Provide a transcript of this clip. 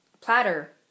Platter